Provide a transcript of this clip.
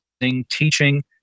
teaching